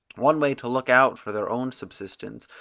one way to look out for their own subsistence,